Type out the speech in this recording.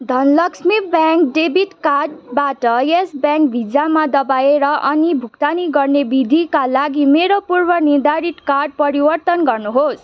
Dhanlaxmi bank debit कार्डबाट Yes bank भिजामा दबाएर अनि भुक्तानी गर्ने विधिका लागि मेरो पूर्वनिर्धारित कार्ड परिवर्तन गर्नुहोस्